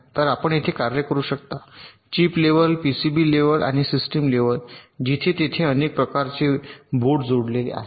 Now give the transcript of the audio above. तर आपण येथे कार्य करू शकता चिप लेव्हल पीसीबी लेव्हल आणि सिस्टीम लेव्हल जिथे तेथे अनेक प्रकार आहेत बोर्ड जोडलेले आहेत